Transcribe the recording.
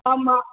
ஆமாம்